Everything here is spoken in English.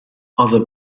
other